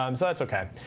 um so that's ok.